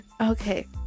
Okay